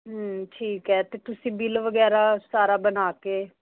ਹਮ ਠੀਕ ਹੈ ਅਤੇ ਤੁਸੀਂ ਬਿੱਲ ਵਗੈਰਾ ਸਾਰਾ ਬਣਾ ਕੇ